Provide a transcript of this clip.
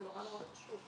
זה נורא נורא חשוב.